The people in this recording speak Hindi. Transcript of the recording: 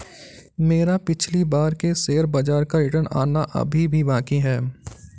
मेरा पिछली बार के शेयर बाजार का रिटर्न आना अभी भी बाकी है